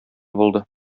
булды